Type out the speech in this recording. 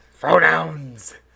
Pronouns